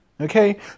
Okay